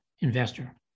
investor